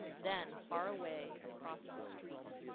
then far away across the street,